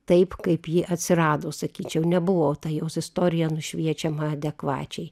taip kaip ji atsirado sakyčiau nebuvo ta jos istorija nušviečiama adekvačiai